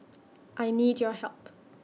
I need your help